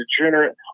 degenerate